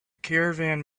caravan